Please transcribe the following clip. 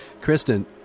Kristen